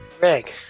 Greg